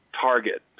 target